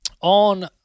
on